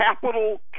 capital